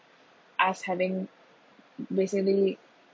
us having basically